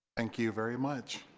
thank you very much